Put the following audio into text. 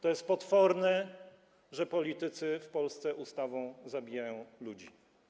To jest potworne, że politycy w Polsce ustawą zabijają ludzi.